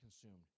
consumed